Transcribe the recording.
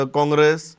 Congress